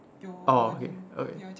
orh okay okay